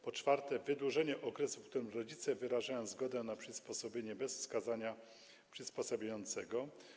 Po czwarte, wydłużenie okresu, w którym rodzice wyrażają zgodę na przysposobienie bez wskazania przysposabiającego.